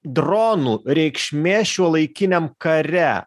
dronų reikšmė šiuolaikiniam kare